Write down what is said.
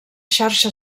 xarxa